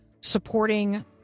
supporting